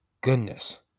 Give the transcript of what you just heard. goodness